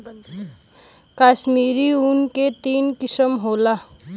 कश्मीरी ऊन के तीन किसम होला